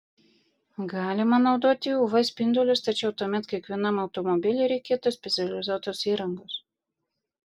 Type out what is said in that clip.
galima naudoti uv spindulius tačiau tuomet kiekvienam automobiliui reikėtų specializuotos įrangos